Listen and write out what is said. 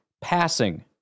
passing